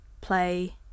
play